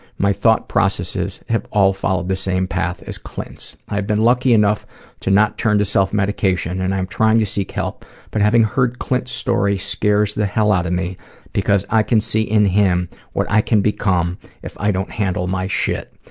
my thought processes have all followed the same path as clint's. i've been lucky enough to not turn to self-medication and i'm trying to seek help, but having heard clint's story scares the hell out of me because i can see in him what i can become if i don't handle my shit.